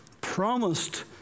promised